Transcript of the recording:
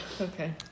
okay